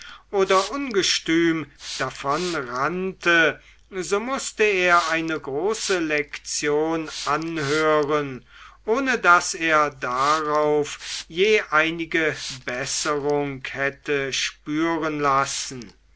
oder ungestüm davonrannte so mußte er eine große lektion anhören ohne daß er darauf je einige besserung hätte spüren lassen